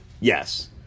Yes